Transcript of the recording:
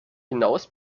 hinaus